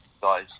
guys